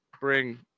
bring